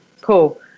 Cool